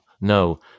no